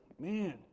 Man